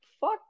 fuck